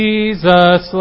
Jesus